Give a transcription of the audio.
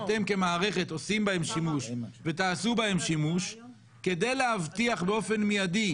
שאתם כמערכת עושים בהם שימוש ותעשו בהם שימוש כדי להבטיח באופן מיידי